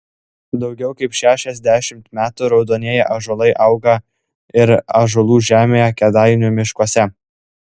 daugiau kaip šešiasdešimt metų raudonieji ąžuolai auga ir ąžuolų žemėje kėdainių miškuose